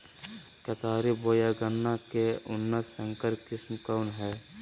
केतारी बोया गन्ना के उन्नत संकर किस्म कौन है?